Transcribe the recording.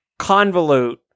convolute